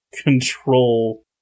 control